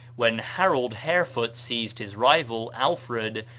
when harold harefoot seized his rival, alfred,